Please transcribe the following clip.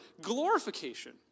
glorification